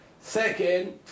Second